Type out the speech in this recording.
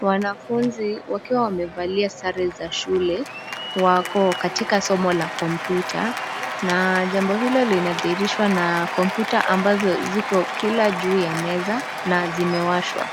Wanafunzi wakiwa wamevalia sare za shule wako katika somo la kompyuta na jambo hilo linadhihirishwa na kompyuta ambazo ziko kila juu ya meza na zimewashwa